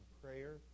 prayer